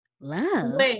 Love